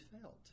felt